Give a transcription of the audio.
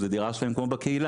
זה דירה שלהם כמו בקהילה.